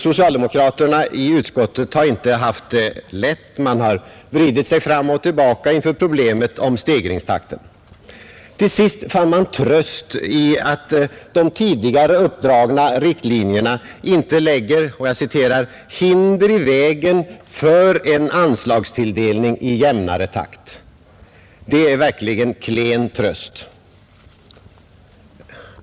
Socialdemokraterna i utskottet har inte haft det lätt. Man har vridit sig fram och tillbaka inför problemet om stegringstakten. Till sist fann man tröst i att de tidigare uppdragna riktlinjerna inte lägger ”hinder i vägen för en anslagstilldelning i jämnare takt”. Det är verkligen klen tröst.